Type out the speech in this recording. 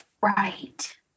Right